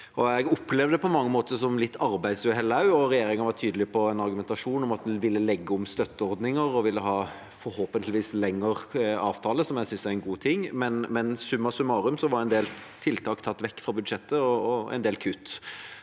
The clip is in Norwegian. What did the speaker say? mange måter litt som et arbeidsuhell. Regjeringa var tydelig på en argumentasjon om at en ville legge om støtteordninger og ville ha – forhåpentligvis – lengre avtaler, som jeg synes er en god ting, men summa summarum var en del tiltak tatt vekk fra budsjettet, og det